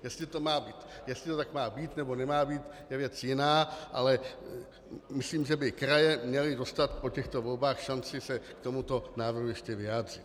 Jestli to tak má být, nebo nemá být, je věc jiná, ale myslím, že by kraje měly dostat po těchto volbách šanci se k tomuto návrhu ještě vyjádřit.